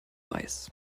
weiß